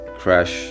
crash